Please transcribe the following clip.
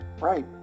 Right